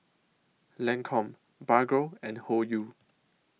Lancome Bargo and Hoyu